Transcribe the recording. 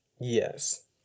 yes